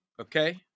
okay